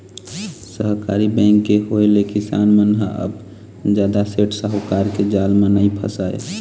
सहकारी बेंक के होय ले किसान मन ह अब जादा सेठ साहूकार के जाल म नइ फसय